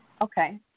Okay